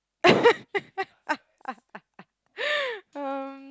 um